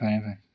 ꯐꯔꯦ ꯐꯔꯦ